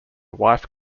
wife